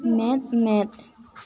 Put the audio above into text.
ᱢᱮᱫ ᱢᱮᱫ